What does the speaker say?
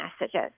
messages